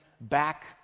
back